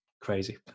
crazy